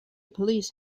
police